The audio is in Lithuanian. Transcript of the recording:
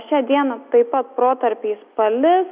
šią dieną taip pat protarpiais palis